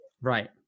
right